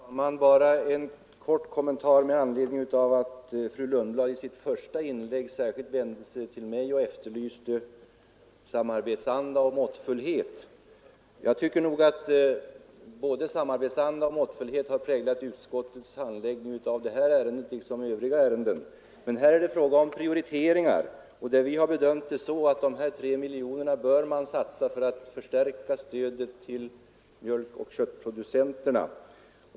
Herr talman! Bara en kort kommentar med anledning av att fru Lundblad i sitt första inlägg vände sig till mig och efterlyste samarbetsanda och måttfullhet. Jag tycker att både samarbetsanda och måttfullhet har präglat utskottets handläggning av detta ärende lika väl som andra ärenden, men det här är en fråga om prioriteringar. Vi har bedömt det så att man bör satsa dessa 3 miljoner för att stärka stödet till mjölkoch köttproducenterna.